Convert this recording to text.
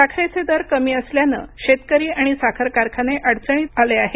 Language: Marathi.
साखरेचे दर कमी असल्याने शेतकरी आणि साखर कारखाने अडचणीत आले आहेत